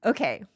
Okay